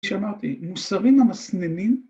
‫כשאמרתי, מוסרים המסננים...